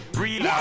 real